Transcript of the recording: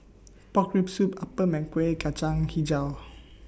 Pork Rib Soup Appam Kueh Kacang Hijau